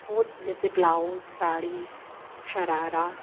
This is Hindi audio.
वो जैसे ब्लाउज़ साड़ी शरारा